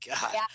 god